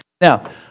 Now